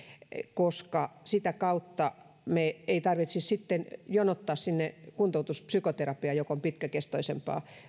koska sitä kautta meidän ei tarvitse sitten jonottaa sinne kuntoutuspsykoterapiaan joka on pitkäkestoisempaa